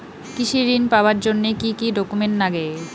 কৃষি ঋণ পাবার জন্যে কি কি ডকুমেন্ট নাগে?